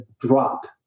drop